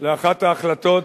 לאחת ההחלטות,